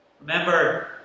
Remember